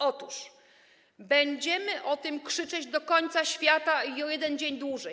Otóż będziemy o tym krzyczeć do końca świata i o jeden dzień dłużej.